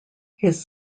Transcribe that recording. his